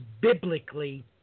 biblically